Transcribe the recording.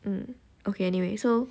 um okay anyway so